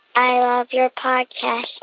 i love your podcast,